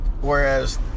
whereas